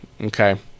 Okay